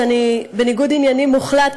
שאני בניגוד עניינים מוחלט,